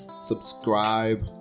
subscribe